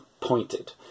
pointed